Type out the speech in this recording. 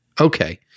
Okay